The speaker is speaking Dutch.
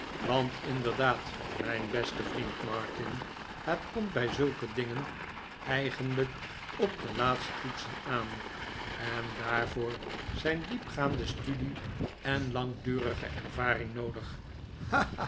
want inderdaad mijn beste vriend martin het komt bij zulke dingen eigenlijk op de laatste toetsen aan en daarvoor zijn diepgaande studie en langdurige ervaring noodig